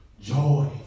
joy